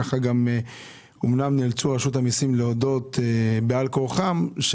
שאמנם נאלצו אנשי רשות המיסים להודות בעל כרחם,